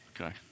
Okay